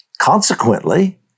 Consequently